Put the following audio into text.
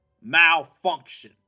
malfunction